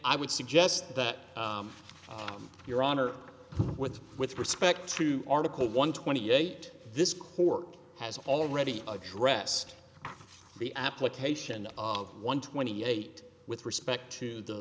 i would suggest that your honor with with respect to article one twenty eight this court has already addressed the application of one twenty eight with respect to the